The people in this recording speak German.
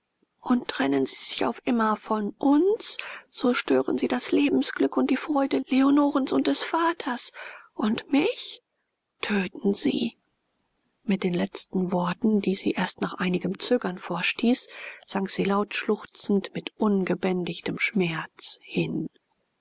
und trennen sie sich auf immer von uns so stören sie das lebensglück und die freude leonorens und des vaters und mich töten sie mit den letzten worten die sie erst nach einigem zögern vorstieß sank sie laut schluchzend mit ungebändigtem schmerz hin